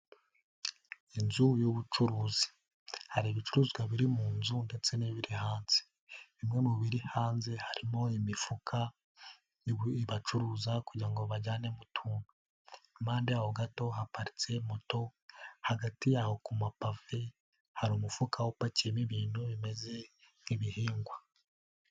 Inzu y'ubucuruzi, hari ibicuruzwa biri mu nzu ndetse n'ibiri hanze, bimwe mu biri hanze harimo imifuka bacuruza kugira ngo bajyanemo utuntu, impande yaho gato haparitse moto, hagati yaho ku mapave hari umufuka upakiyemo ibintu bimeze nk'ibihingwa.